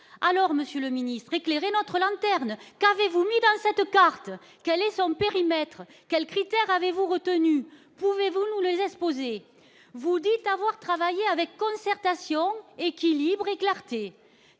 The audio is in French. alors Monsieur le Ministre, éclairez notre lanterne car évoluer dans cette carte, quel est son périmètre quels critères avez-vous retenu, pouvez-vous nous le laisse poser vous dites avoir travaillé avec concertation équilibré clarté